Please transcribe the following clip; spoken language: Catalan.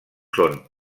són